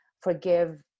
forgive